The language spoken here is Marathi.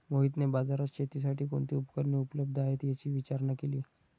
मोहितने बाजारात शेतीसाठी कोणती उपकरणे उपलब्ध आहेत, याची विचारणा केली